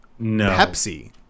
Pepsi